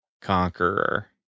Conqueror